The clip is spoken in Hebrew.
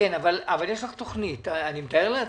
אבל יש לך תוכנית, אני מתאר לעצמי.